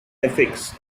ethics